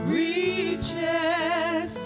reaches